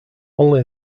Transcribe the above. only